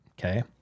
Okay